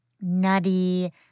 nutty